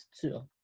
two